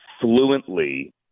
fluently